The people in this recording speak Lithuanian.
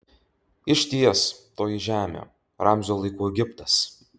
išties toji žemė ramzio laikų egiptas